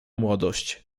młodość